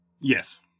Yes